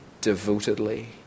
devotedly